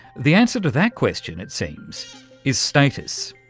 the answer to that question it seems is status,